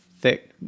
thick